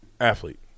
Athlete